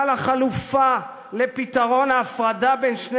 אבל החלופה לפתרון ההפרדה בין שני